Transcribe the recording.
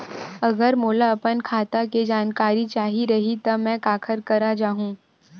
अगर मोला अपन खाता के जानकारी चाही रहि त मैं काखर करा जाहु?